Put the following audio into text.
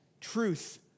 truth